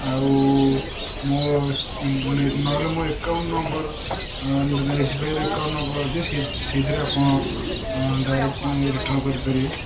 ଆଉ ମୋ ନହେଲେ ମୋ ଏକାଉଣ୍ଟ୍ ନମ୍ବର୍ ଏସ୍ବିଆଇରେ ଏକାଉଣ୍ଟ୍ ନମ୍ବର୍ ଅଛି ସେଇଥିରେ ସେଇଥିରେ ଆପଣ ଡାଇରେକ୍ଟ୍ ରିଟର୍ନ୍ କରିପାରିବେ